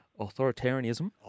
authoritarianism